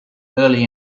early